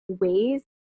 ways